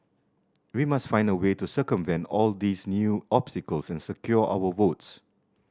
we must find a way to circumvent all these new obstacles and secure our votes